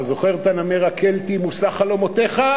אתה זוכר את "הנמר הקלטי", מושא חלומותיך?